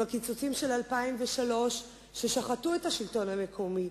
עם הקיצוצים של 2003 ששחטו את השלטון המקומי,